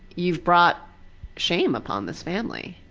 you've brought shame upon this family,